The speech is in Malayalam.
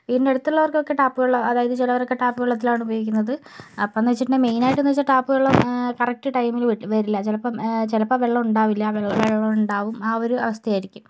വീടിൻ്റെ അടുത്തുള്ളവർക്കൊക്കെ ടാപ്പ് വെള്ളം അതായത് ചിലവരൊക്കെ ടാപ്പ് വെള്ളത്തിലാണ് ഉപയോഗിക്കുന്നത് അപ്പം എന്നു വച്ചിട്ടുണ്ടെങ്കിൽ മെയിനായിട്ടെന്നു വച്ചാൽ ടാപ്പ് വെള്ളം കറക്ട് ടൈമിൽ വരില്ല ചിലപ്പം ചിലപ്പം വെള്ളം ഉണ്ടാവില്ല വെള്ളം ഉണ്ടാവും ആ ഒരു അവസ്ഥയായിരിക്കും